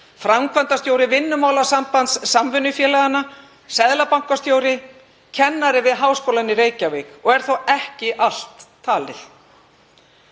framkvæmdastjóri Vinnumálasambands samvinnufélaganna, seðlabankastjóri, kennari við Háskólann í Reykjavík og er þó ekki allt talið.